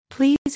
Please